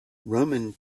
roman